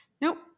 Nope